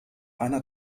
einer